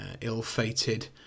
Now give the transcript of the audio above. ill-fated